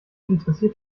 interessiert